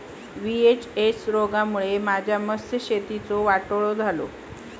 VHS रोगामुळे माझ्या मत्स्यशेतीचा वाटोळा झाला